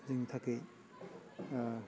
जोंनि थाखाय